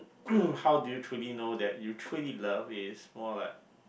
how do you truly know that you truly love is more like